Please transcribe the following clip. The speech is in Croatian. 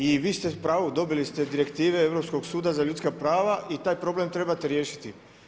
I vi ste upravu dobili ste direktive Europskog suda za ljudska prava i taj problem trebate riješiti.